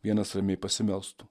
vienas ramiai pasimelstų